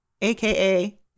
AKA